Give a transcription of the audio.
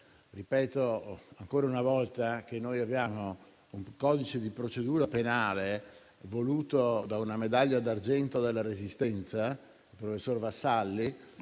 Ripeto ancora una volta che noi abbiamo un codice di procedura penale, voluto da una medaglia d'argento della Resistenza, il professor Vassalli,